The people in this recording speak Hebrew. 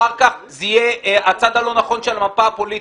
אחר כך זה יהיה הצד הלא נכון של המפה הפוליטית.